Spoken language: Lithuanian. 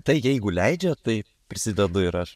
tai jeigu leidžia tai prisidedu ir aš